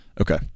Okay